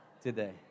today